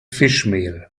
fischmehl